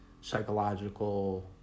psychological